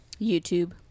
YouTube